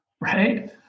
right